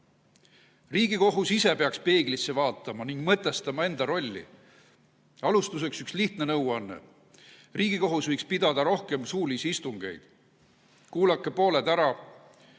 Riigikohus ise peaks peeglisse vaatama ning mõtestama enda rolli. Alustuseks üks lihtne nõuanne. Riigikohus võiks pidada rohkem suulisi istungeid. Kuulake pooled ära,